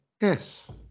Yes